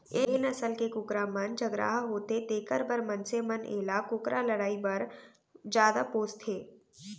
ए नसल के कुकरा मन झगरहा होथे तेकर बर मनसे मन एला कुकरा लड़ई बर जादा पोसथें